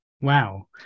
Wow